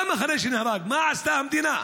גם אחרי שהוא נהרג, מה עשתה המדינה?